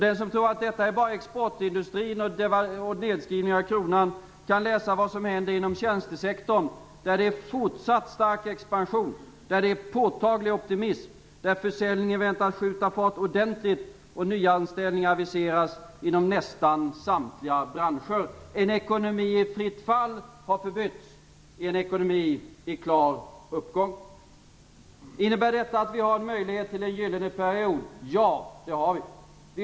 Den som tror att detta bara beror på exportindustrin och nedskrivningar av kronan kan läsa vad som händer inom tjänstesektorn. Där är det fortsatt stark expansion och påtaglig optimism. Försäljningen väntas skjuta fart ordentligt, och nyanställningar aviseras inom nästan samtliga branscher. En ekonomi i fritt fall har förbytts i en ekonomi i klar uppgång. Innebär detta att vi har en möjlighet till en gyllene period? Ja, det har vi.